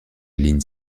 ligne